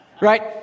Right